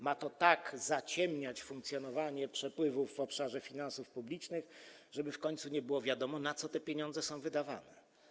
Ma to tak zaciemniać funkcjonowanie przepływów w obszarze finansów publicznych, żeby w końcu nie było wiadomo, na co te pieniądze są wydawane.